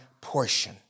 portion